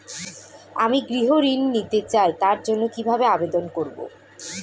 আমি গৃহ ঋণ নিতে চাই তার জন্য কিভাবে আবেদন করব?